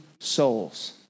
souls